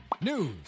news